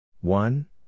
One